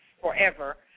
forever